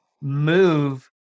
move